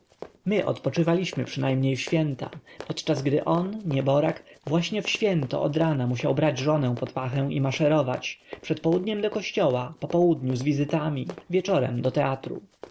na górze my odpoczywaliśmy przynajmniej w święta podczas gdy on nieborak właśnie w święto odrana musiał brać żonę pod pachę i maszerować przed południem do kościoła po południu z wizytami wieczorem do teatru